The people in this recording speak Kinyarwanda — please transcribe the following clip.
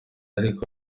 ariko